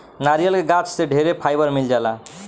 नारियल के गाछ से ढेरे फाइबर मिल जाला